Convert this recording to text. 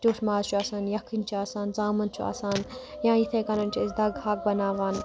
ٹیوٚٹھ ماز چھُ آسان یَکھٕنۍ چھِ آسان ژامَن چھِ آسان یا یِتھ کَنَن چھِ أسۍ دَگ ہاکھ بَناوان